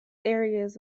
areas